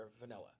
Vanilla